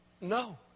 No